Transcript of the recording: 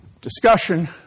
discussion